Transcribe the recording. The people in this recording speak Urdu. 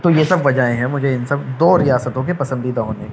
تو یہ سب وجہیں ہیں مجھے ان سب دو ریاستوں کے پسندیدہ ہونے کی